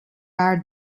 are